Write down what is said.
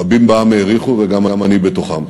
רבים בעם העריכו, וגם אני בתוכם,